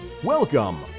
Welcome